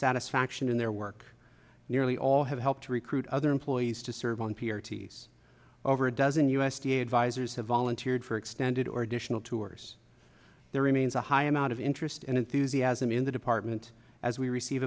satisfaction in their work nearly all have helped to recruit other employees to serve on p r ts over a dozen u s d a advisers have volunteered for extended or additional tours there remains a high amount of interest and enthusiasm in the department as we receive